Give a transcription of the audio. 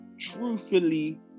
truthfully